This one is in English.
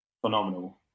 phenomenal